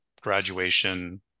graduation